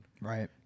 right